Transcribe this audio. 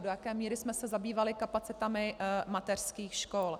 Do jaké míry jsme se zabývali kapacitami mateřských škol?